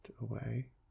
away